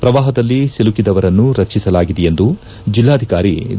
ಪ್ರವಾಪದಲ್ಲಿ ಸಿಲುಕಿದವರನ್ನು ರಕ್ಷಿಸಲಾಗಿದೆ ಎಂದು ಜಿಲ್ಲಾಧಿಕಾರಿ ವಿ